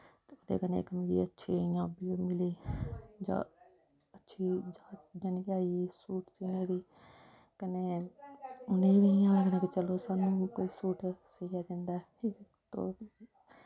ते कन्नै इक मिगी इ'यां अच्छी मिली जा अच्छी जाच जानि के आई गेई सूट सीने दी कन्नै उ'नेंगी बी इ'यां लगदा कि चलो सानूं कोई सूट सियै दिंदा ऐ तो